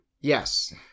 yes